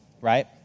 right